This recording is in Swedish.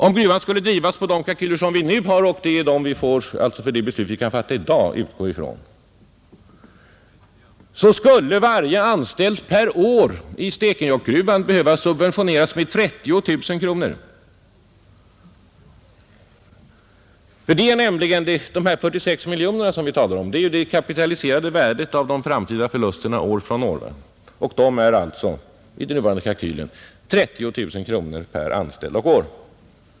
Om gruvan skulle drivas på de kalkyler som vi nu har — alltså utgångspunkten för det beslut vi kan fatta i dag — skulle varje anställd per år i Stekenjokkgruvan behöva subventioneras med 30 000 kronor. De här 46 miljonerna som vi talar om är nämligen det kapitaliserade värdet av de framtida förlusterna år från år, och de är alltså i den nuvarande kalkylen 30 000 kronor per anställd och år.